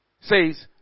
says